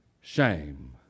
shame